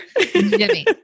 Jimmy